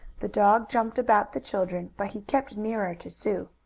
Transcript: the dog jumped about the children, but he kept nearer to sue.